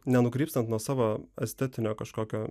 nenukrypstant nuo savo estetinio kažkokio